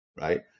Right